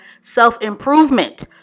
self-improvement